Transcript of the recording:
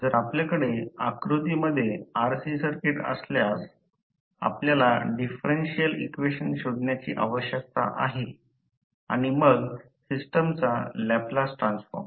जर आपल्याकडे आकृतीमध्ये RC सर्किट असल्यास आपल्याला डिफरेन्शियल इक्वेशन शोधण्याची आवश्यकता आहे आणि मग सिस्टमचा लॅपलास ट्रान्सफॉर्म